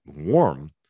warm